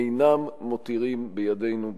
אינם מותירים בידנו ברירה.